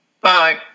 Bye